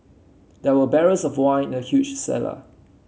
there were barrels of wine in a huge cellar